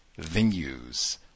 venues